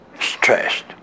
stressed